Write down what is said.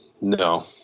No